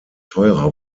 teurer